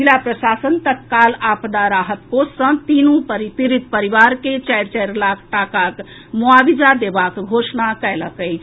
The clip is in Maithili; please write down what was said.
जिला प्रशासन तत्काल आपदा राहत कोष सॅ तीनू पीड़ित परिवार के चारि चारि लाख टाकाक मोआवजा देबाक घोषणा कएलक अछि